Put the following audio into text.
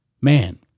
Man